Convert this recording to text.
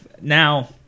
Now